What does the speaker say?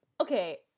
Okay